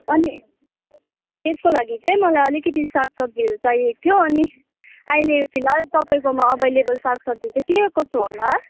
अनि त्यसको लागि चाहिँ मलाई अलिकति सागसब्जीहरू चाहिएको थियो अनि अहिले फिलहाल तपाईँकोमा अभाइलेबल सागसब्जी चाहिँ के कसो होला